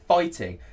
fighting